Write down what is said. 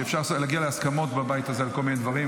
שאפשר להגיע להסכמות בבית הזה על כל מיני דברים,